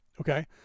okay